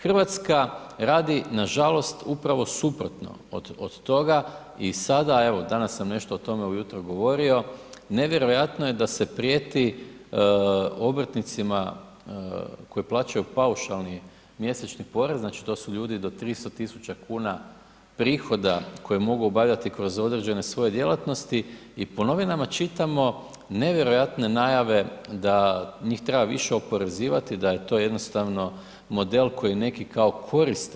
Hrvatska radi nažalost, upravo suprotno od toga i sada evo, danas sam nešto o tome ujutro govorio, nevjerojatno je da se prijeti obrtnicima koji plaćaju paušalni mjesečni porez, znači to su ljudi do 300 tisuća kuna prihoda koji mogu obavljati kroz određene svoje djelatnosti i po novinama čitamo nevjerojatne najave da njih treba više oporezivati, da je to jednostavno model koji neki kao koriste.